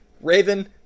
Raven